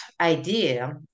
idea